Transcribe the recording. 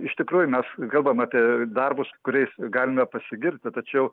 iš tikrųjų mes kalbam apie darbus kuriais galime pasigirti tačiau